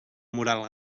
moral